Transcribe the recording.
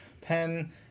pen